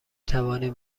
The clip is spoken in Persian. توانیم